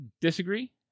Disagree